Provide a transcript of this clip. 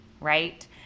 right